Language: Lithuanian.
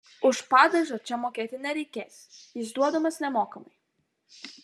už padažą čia mokėti nereikės jis duodamas nemokamai